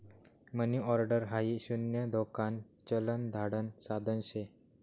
मनी order हाई शून्य धोकान चलन धाडण साधन शे